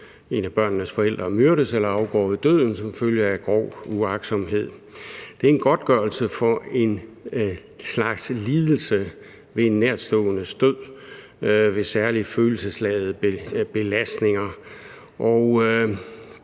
en af børnenes forældre myrdes eller afgår ved døden som følge af grov uagtsomhed. Det er en godtgørelse for en slags lidelse ved en nærtståendes død ved særlig følelsesladede belastninger.